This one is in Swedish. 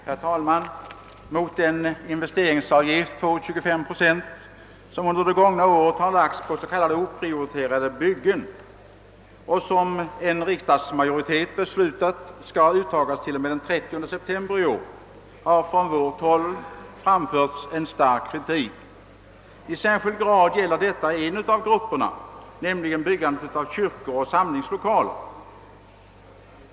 Herr talman! Mot den investeringsavgift på 25 procent, som under det gångna året lagts på s.k. oprioriterade byggen och som enligt vad en riksdagsmajoritet beslutat skall uttas till och med den 30 september i år, har från vårt håll framförts en stark kritik. I särskild grad gäller detta en av grupperna, nämligen byggandet av kyrkor och samlingslokaler.